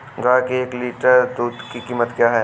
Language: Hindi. गाय के एक लीटर दूध की कीमत क्या है?